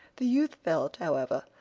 the youth felt, however,